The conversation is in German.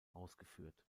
ausgeführt